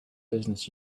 business